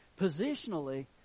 Positionally